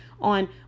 on